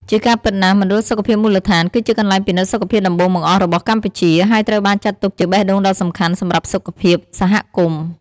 ជាការពិតណាស់ មណ្ឌលសុខភាពមូលដ្ឋាន គឺជាកន្លែងពិនិត្យសុខភាពដំបូងបង្អស់របស់កម្ពុជា ហើយត្រូវបានចាត់ទុកជាបេះដូងដ៏សំខាន់សម្រាប់សុខភាពសហគមន៍។